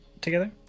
together